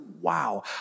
wow